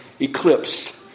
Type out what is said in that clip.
eclipsed